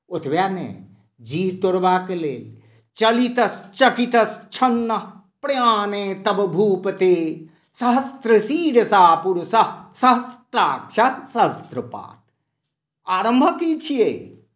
ओतबे नहि जिह तोड़बाकेँ लेल चलितस्य चपितस्य छन्नह प्रयाणे तबभुपते सहस्त्र सिरसा पुरुष सहस्त्राक्ष शहस्त्र पाद आरम्भक ई छियै